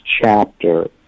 chapter